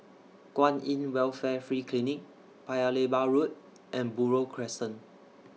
Kwan in Welfare Free Clinic Paya Lebar Road and Buroh Crescent